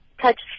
touch